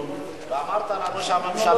ואמרת לנו שהממשלה,